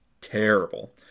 terrible